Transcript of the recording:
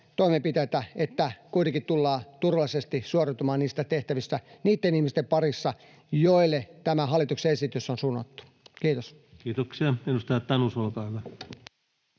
toimenpiteitä, että kuitenkin tullaan turvallisesti suoriutumaan tehtävistä, niitten ihmisten parissa, joille tämä hallituksen esitys on suunnattu. — Kiitos. [Speech 220] Speaker: